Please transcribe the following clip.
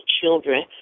children